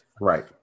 Right